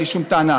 אין לי שום טענה.